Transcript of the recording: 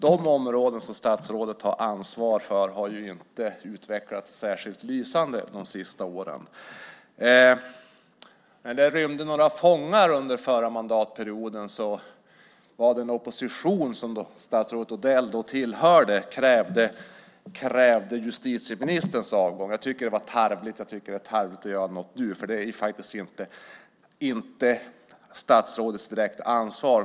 De områden som statsrådet har ansvar för har inte utvecklats särskilt lysande de senaste åren. När några fångar rymde under förra mandatperioden krävde den opposition som statsrådet Odell då tillhörde justitieministerns avgång. Jag tycker att det var tarvligt, och det är tarvligt att göra så nu. Det är inte statsrådets direkta ansvar.